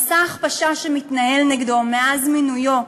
מסע ההכפשה שמתנהל נגדו מאז מינויו,